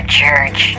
church